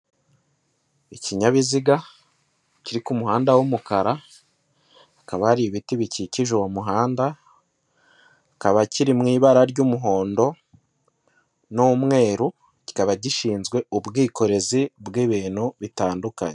Ikinyabiziga kiri ku muhanda w'umukara, hakaba hari ibiti bikikije uwo muhanda, kikaba kiri mu ibara ry'umuhondo n'umweru, kikaba gishinzwe ubwikorezi bw'ibintu bitandukanye.